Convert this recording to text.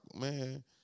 man